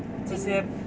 这些